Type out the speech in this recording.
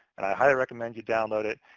and i highly recommend you download it.